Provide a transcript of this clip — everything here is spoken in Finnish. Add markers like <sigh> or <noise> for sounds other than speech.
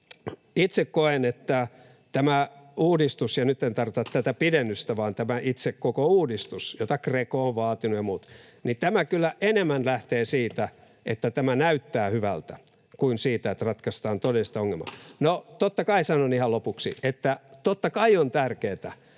Itse koen, että tämä uudistus, ja nyt en tarkoita tätä pidennystä, <noise> vaan itse koko uudistusta, jota Greco ja muut ovat vaatineet, lähtee kyllä enemmän siitä, että tämä näyttää hyvältä, kuin siitä, että ratkaistaan todellista ongelmaa. <noise> Sanon ihan lopuksi, että totta kai on tärkeätä,